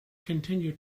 continued